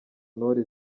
ntore